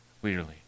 clearly